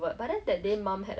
then like